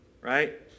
right